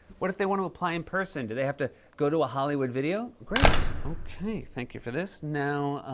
what if they want to apply in person? do they have to go to a hollywood video? great. okay. thank you for this. now,